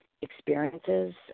experiences